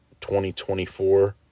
2024